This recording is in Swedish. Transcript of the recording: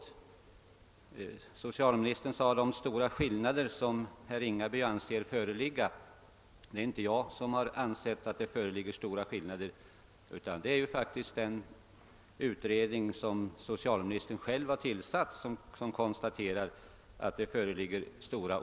Socialministern talade om »de stora skillnader som herr Ringaby anser föreligga». Det är emellertid inte jag som har ansett att det föreligger stora skillnader i fråga om kostnaderna, utan det är den utredning vilken socialministern själv har tillsatt som konstaterar detta.